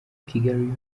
kigali